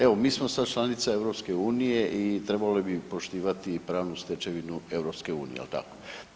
Evo, mi smo sad članica EU i trebali bi poštivati pravnu stečevinu EU jel tako.